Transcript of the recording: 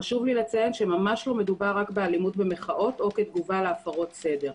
ממש לא מדובר רק באלימות במחאות או כתגובה להפרות סדר.